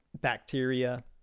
bacteria